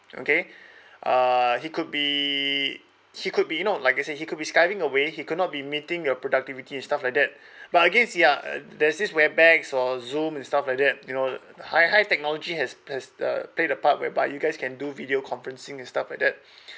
okay uh he could be he could be you know like I said he could be skiving away he could not be meeting your productivity and stuff like that but I guess ya there's this webex or zoom and stuff like that you know high high technology has has uh played the part whereby you guys can do video conferencing and stuff like that